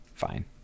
fine